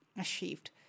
achieved